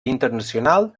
internacional